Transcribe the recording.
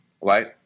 right